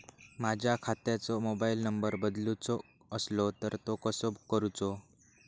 माझ्या खात्याचो mobile number बदलुचो असलो तर तो कसो करूचो?